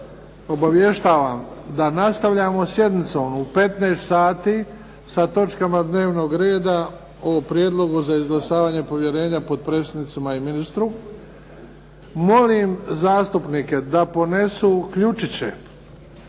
Obavještavam da nastavljamo sa sjednicom u 15,00 sati sa točkama dnevnog reda o prijedlogu za izglasavanjem povjerenja potpredsjednicima i ministru. Molim zastupnike da ponesu ključiće,